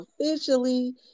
officially